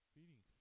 Feeding